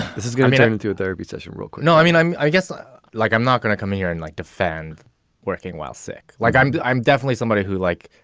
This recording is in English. this is going to be going through a therapy session. no. i mean, i guess ah like i'm not going to come here and like defend working while sick. like i'm i'm definitely somebody who, like,